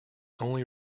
only